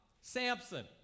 Samson